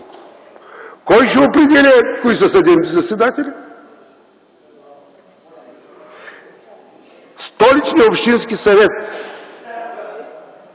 Кой ще определя кои са съдебните заседатели? Столичният общински съвет.